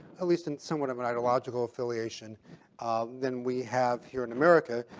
at least in somewhat of an ideological affiliation than we have here in america,